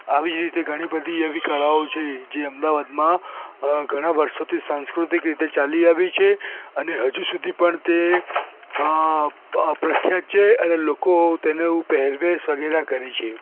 આવી જ રીતે ઘણી બધી એવી કળાઓ છે જે અમદાવાદમાં હ ઘણાં વર્ષોથી સાંસ્કૃતિક રીતે ચાલી આવી છે અને હજુ સુધી પણ તે અ પ્રખ્યાત છે અને લોકો તેના પહેરવેશ વગેરે કરે છે